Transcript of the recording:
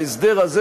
שההסדר הזה,